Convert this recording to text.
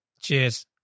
Cheers